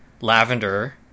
Lavender